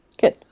Good